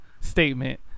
statement